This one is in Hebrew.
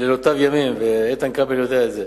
לילותיו ימים, ואיתן כבל יודע את זה,